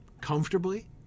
comfortably